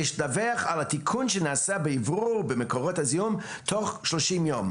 יש לדווח על התיקון שנעשה באוורור מקורות הזיהום תוך 30 ימים.